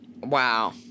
wow